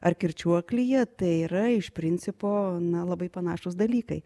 ar kirčiuoklyje tai yra iš principo na labai panašūs dalykai